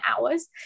hours